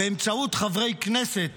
באמצעות חברי כנסת